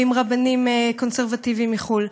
ועם רבנים קונסרבטיבים מחו"ל,